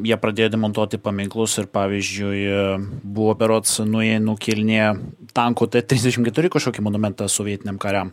jie pradėjo demontuoti paminklus ir pavyzdžiui buvo berods nu jie nukėlinėja tanko t trisdešim keturi kažkokį monumentą sovietiniam kariam